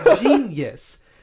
genius